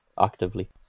actively